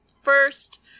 first